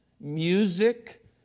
music